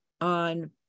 on